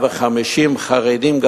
"150,000 חרדים?